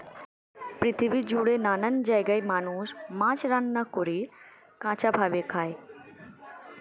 পৃথিবী জুড়ে নানান জায়গায় মানুষ মাছ রান্না করে, কাঁচা ভাবে খায়